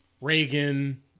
Reagan